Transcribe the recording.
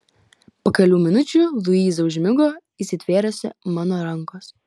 po kelių minučių luiza užmigo įsitvėrusi mano rankos